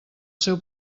seu